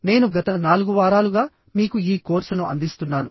నేను గత నాలుగు వారాలుగా మీకు ఈ కోర్సును అందిస్తున్నాను